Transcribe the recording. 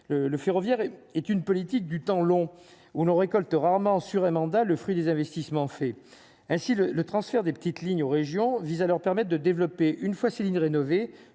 le ferroviaire est une politique du temps long, où l'on récolte rarement sur un mandat le fruit des investissements faits ainsi le le transfert des petites lignes aux régions vise à leur permettent de développer une fois Céline rénové